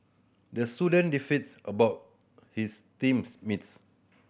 the student beefed about his teams mates